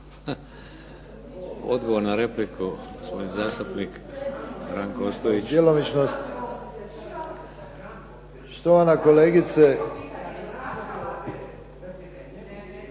Odgovor na repliku gospodin zastupnik Ranko Ostojić.